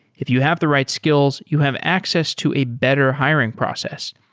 if you have the right skills, you have access to a better hiring process.